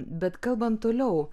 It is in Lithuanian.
bet kalbant toliau